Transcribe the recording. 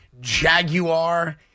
Jaguar